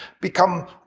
become